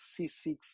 c6